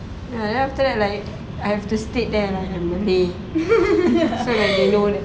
then after that like I have to state that I am malay so like they know